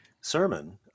sermon